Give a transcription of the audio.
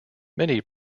many